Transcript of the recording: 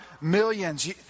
millions